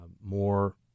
more